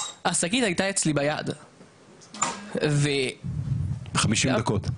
השקית הייתה אצלי ביד ו --- 50 דקות?